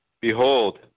Behold